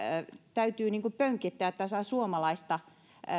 täytyy pönkittää tässä suomalaista